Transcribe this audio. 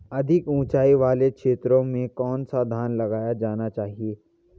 अधिक उँचाई वाले क्षेत्रों में कौन सा धान लगाया जाना चाहिए?